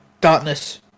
darkness